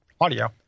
audio